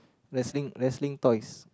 wrestling wrestling toys